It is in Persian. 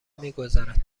میگذرد